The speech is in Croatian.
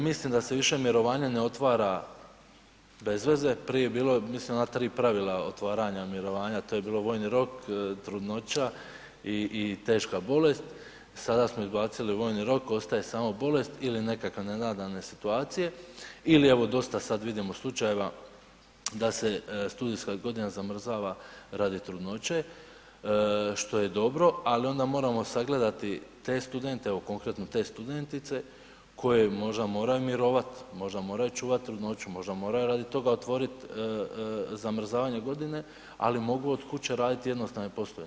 Mislim da se više mirovanje ne otvara bezveze, prije je bilo mislim ona tri pravila mirovanja, to je bilo vojni rok, trudnoća i teška bolest, sada smo izbacili vojni rok, ostaje samo bolest ili nekakve nenadane situacije ili evo dosta sad vidimo slučajeva da se studijska godina zamrzava radi trudnoće što je dobro ali onda moramo sagledati te studente, evo konkretno te studentice koje možda moraju mirovati, možda moraju čuvat trudnoću, možda moraju radi toga otvorit zamrzavanje godine ali mogu od kuće radit jednostavne poslove.